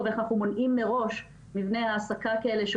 איך אנחנו מונעים מראש מבני העסקה כאלה,